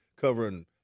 covering